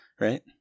Right